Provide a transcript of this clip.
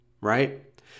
Right